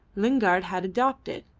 lingard had adopted,